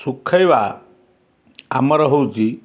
ଶୁଖେଇବା ଆମର ହେଉଛି